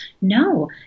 No